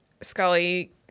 Scully